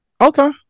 Okay